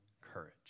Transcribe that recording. courage